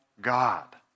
God